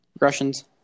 Russians